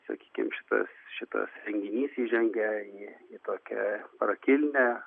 sakykim šitas šitas renginys įžengia į į tokią prakilnią